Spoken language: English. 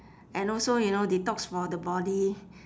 and also you know detox for the body